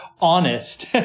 honest